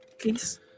Please